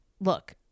Look